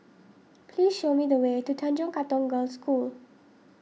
please show me the way to Tanjong Katong Girls' School